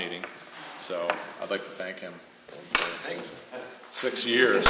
meeting so i'd like to thank him six years